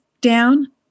down